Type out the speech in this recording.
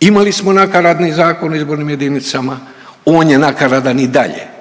imali smo nakaradni zakon o izbornim jedinicama, on je nakaradan i dalje.